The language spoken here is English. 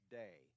day